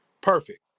Perfect